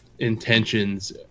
intentions